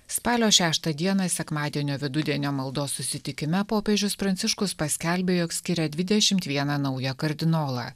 spalio šeštą dieną sekmadienio vidudienio maldos susitikime popiežius pranciškus paskelbė jog skiria dvidešimt vieną naują kardinolą